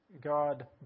God